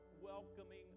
welcoming